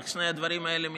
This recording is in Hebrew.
איך שני הדברים האלה מתכתבים?